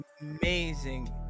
amazing